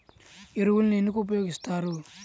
ఎరువులను ఎందుకు ఉపయోగిస్తారు?